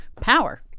power